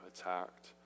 attacked